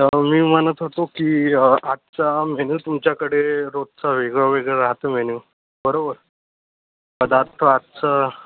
तर मी म्हणत होतो की आजचा मेनू तुमच्याकडे रोजचं वेगळंवेगळं राहतं म्हणे बरोबर पदार्थ आजचं